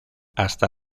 hasta